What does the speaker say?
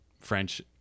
French